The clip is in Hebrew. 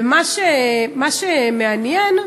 ומה שמעניין,